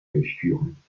durchführen